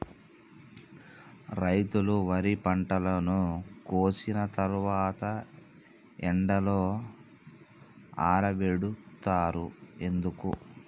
రైతులు వరి పంటను కోసిన తర్వాత ఎండలో ఆరబెడుతరు ఎందుకు?